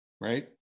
Right